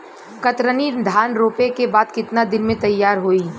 कतरनी धान रोपे के बाद कितना दिन में तैयार होई?